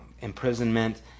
imprisonment